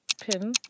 Pin